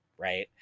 Right